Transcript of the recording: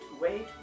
wait